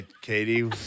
Katie